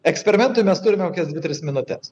eksperimentui mes turime kokias dvi tris minutes